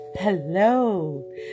hello